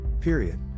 period